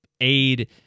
aid